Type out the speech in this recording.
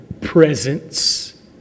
presence